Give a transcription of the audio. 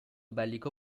bellico